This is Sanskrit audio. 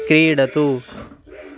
क्रीडतु